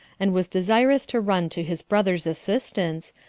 and was desirous to run to his brother's assistance,